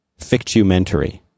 fictumentary